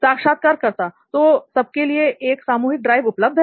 साक्षात्कारकर्ता तो सबके लिए एक सामूहिक ड्राइव उपलब्ध है